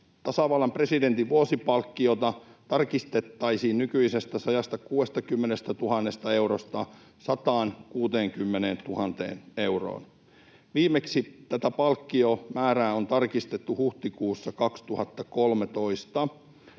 Tasavallan presidentin vuosipalkkiota tarkistettaisiin nykyisestä 126 000 eurosta 160 000 euroon. Viimeksi tätä palkkiomäärää on tarkistettu huhtikuussa 2013.